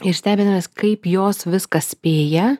ir stebimės kaip jos viską spėja